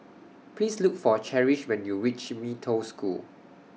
Please Look For Cherish when YOU REACH Mee Toh School